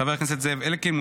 חבר הכנסת זאב אלקין.